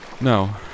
No